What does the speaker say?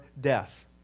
death